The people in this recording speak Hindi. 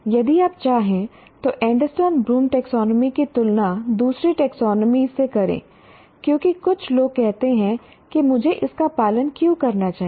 यदि आप चाहें तो एंडरसन ब्लूम टैक्सोनॉमी की तुलना दूसरे टैक्सोनॉमी से करें क्योंकि कुछ लोग कहते हैं कि मुझे इसका पालन क्यों करना चाहिए